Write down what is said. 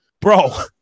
bro